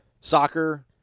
soccer